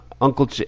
Uncle